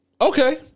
Okay